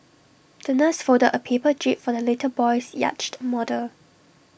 the nurse folded A paper jib for the little boy's yachted model